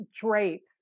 drapes